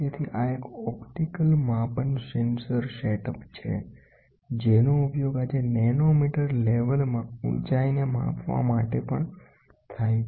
તેથી આ એક ઓપ્ટિકલ માપન સેન્સર સેટઅપ છે જેનો ઉપયોગ આજે નેનોમીટર લેવલમાં ઉચાઇને માપવા માટે થાય છે